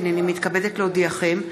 הינני מתכבדת להודיעכם,